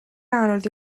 anodd